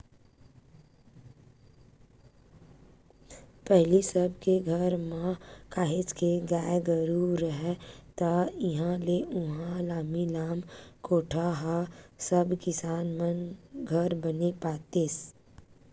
पहिली सब के घर म काहेच के गाय गरु राहय ता इहाँ ले उहाँ लामी लामा कोठा ह सबे किसान मन घर बने पातेस